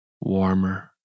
warmer